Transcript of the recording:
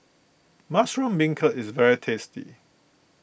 Mushroom Beancurd is very tasty